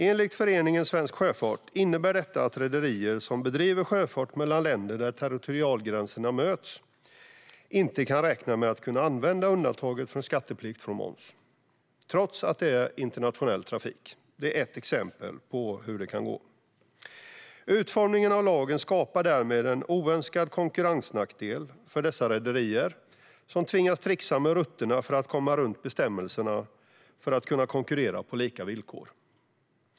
Enligt föreningen Svensk Sjöfart innebär detta att rederier som bedriver sjöfart mellan länder där territorialgränserna möts inte kan räkna med att kunna använda undantaget från skatteplikten för moms, trots att det handlar om internationell trafik. Detta är ett exempel på hur det kan gå. Utformningen av lagen skapar därmed en oönskad konkurrensnackdel för dessa rederier som tvingas trixa med rutterna för att komma runt bestämmelserna så att man kan konkurrera på lika villkor.